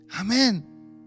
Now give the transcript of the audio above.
Amen